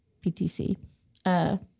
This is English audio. PTC